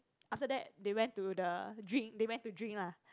after that they went to the drink they went to drink lah